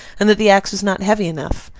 and that the axe was not heavy enough.